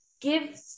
give